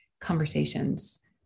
conversations